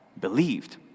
believed